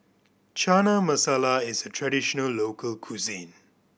Chana Masala is a traditional local cuisine